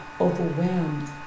overwhelmed